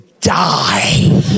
die